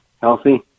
healthy